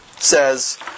says